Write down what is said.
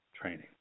Training